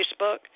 Facebook